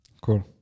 cool